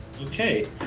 Okay